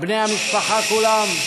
בני המשפחה כולם,